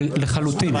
לחלוטין.